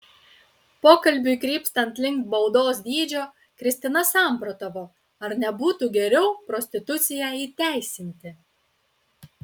pokalbiui krypstant link baudos dydžio kristina samprotavo ar nebūtų geriau prostituciją įteisinti